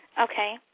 Okay